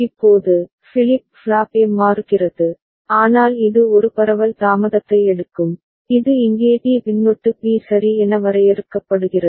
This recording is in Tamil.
இப்போது ஃபிளிப் ஃப்ளாப் A மாறுகிறது ஆனால் இது ஒரு பரவல் தாமதத்தை எடுக்கும் இது இங்கே t பின்னொட்டு p சரி என வரையறுக்கப்படுகிறது